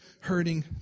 hurting